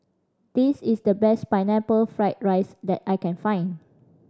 this is the best Pineapple Fried rice that I can find